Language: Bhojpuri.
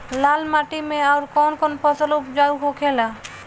लाल माटी मे आउर कौन कौन फसल उपजाऊ होखे ला?